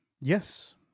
yes